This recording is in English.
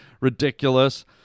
ridiculous